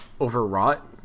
overwrought